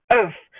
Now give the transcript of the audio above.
earth